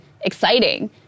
exciting